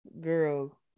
Girl